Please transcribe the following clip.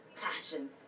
passion